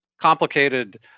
Complicated